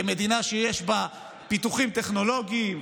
כמדינה שיש בה פיתוחים טכנולוגיים,